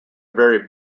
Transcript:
very